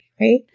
right